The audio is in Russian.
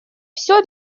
все